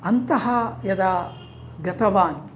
अन्तः यदा गतवान्